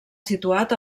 situat